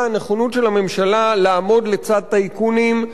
הנכונות של הממשלה לעמוד לצד טייקונים,